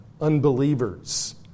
unbelievers